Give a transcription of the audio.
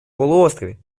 полуострове